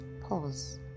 pause